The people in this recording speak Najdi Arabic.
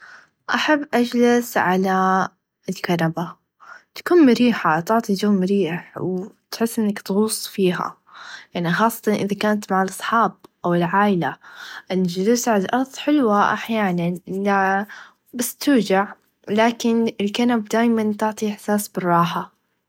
أحب أجلس على الكنبه تكون مريحه تعطي چو مريح و تحس إنك تغوص فيها يعني خاصتا إذا كانت مع الأصحاب أو العائله الچلوس على الأرض حلوه أحيانا بس توچع لاكن الكنبه تعطي إحساس بالراحه.